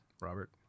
Robert